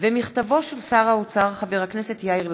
בועז טופורובסקי, אלעזר שטרן ומרדכי יוגב,